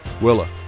Willa